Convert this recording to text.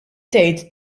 tgħid